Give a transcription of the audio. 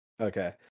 Okay